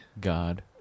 God